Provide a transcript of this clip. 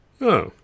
Oh